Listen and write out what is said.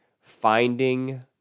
finding